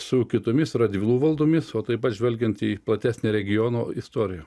su kitomis radvilų valdomis o taip pat žvelgiant į platesnę regiono istoriją